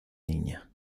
niña